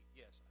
yes